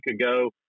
ago